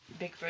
Bigfoot